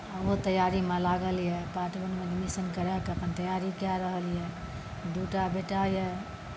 ओहो तैयारीमे लागल यऽ पार्ट वनमे अपन एडमिशन कराए कऽ अपन तैयारी कए रहल यऽ दू टा बेटा यऽ